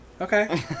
okay